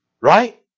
Right